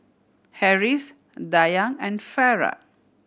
Harris Dayang and Farah